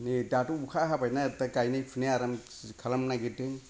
नै दाथ' अखा हाबायना दा गायनाय फुनाय आरामभ' खालामनो नागिरदों